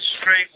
straight